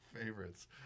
favorites